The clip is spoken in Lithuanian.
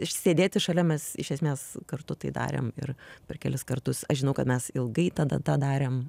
išsėdėti šalia mes iš esmės kartu tai darėm ir per kelis kartus aš žinau kad mes ilgai tada tą darėm